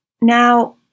Now